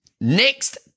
Next